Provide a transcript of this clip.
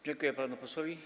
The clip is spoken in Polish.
Dziękuję panu posłowi.